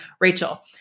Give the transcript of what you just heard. Rachel